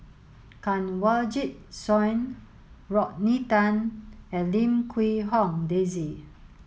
Kanwaljit Soin Rodney Tan and Lim Quee Hong Daisy